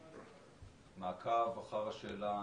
במעקב אחר השאלה